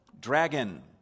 dragon